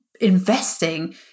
investing